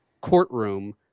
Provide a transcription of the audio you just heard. courtroom